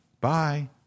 bye